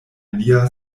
lia